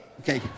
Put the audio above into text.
Okay